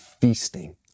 feasting